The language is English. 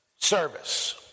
service